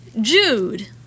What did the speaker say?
Jude